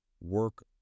work